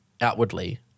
outwardly